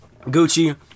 Gucci